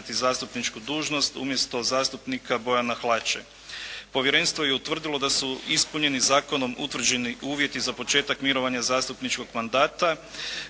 zastupničku dužnost umjesto zastupnika Bojana Hlače. Povjerenstvo je utvrdilo da su ispunjeni zakonom utvrđeni uvjeti za početak mirovanja zastupničkog mandata